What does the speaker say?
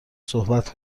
صحبت